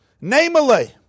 Namely